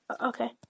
okay